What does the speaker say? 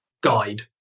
guide